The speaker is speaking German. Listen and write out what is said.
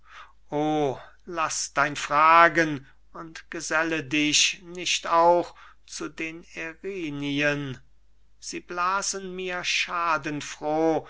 o laß dein fragen und geselle dich nicht auch zu den erinnyen sie blasen mir schadenfroh